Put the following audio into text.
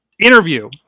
interview